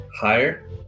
higher